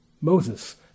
Moses